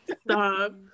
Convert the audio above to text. Stop